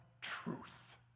truth